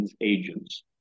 agents